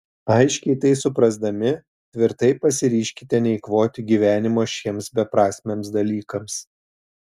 aiškiai tai suprasdami tvirtai pasiryžkite neeikvoti gyvenimo šiems beprasmiams dalykams